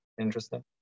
interesting